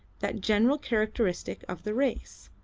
that general characteristic of the race.